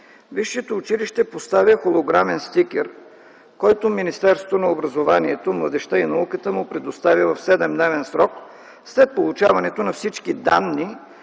висшето училище поставя холограмен стикер, който Министерството на образованието, адежта и науката му предоставя в 7-дневен срок след получаването на всички данни